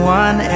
one